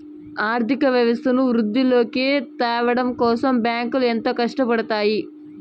ఆర్థిక వ్యవస్థను వృద్ధిలోకి త్యావడం కోసం బ్యాంకులు ఎంతో కట్టపడుతాయి